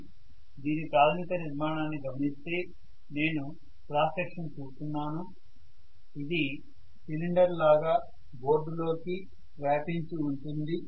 మనం దీని ప్రాథమిక నిర్మాణాన్ని గమనిస్తే నేను క్రాస్ సెక్షన్ చూపుతున్నారు ఇది సిలిండర్ లాగా బోర్డు లో కి వ్యాపించి ఉంటుంది